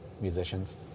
musicians